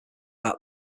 that